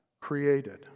created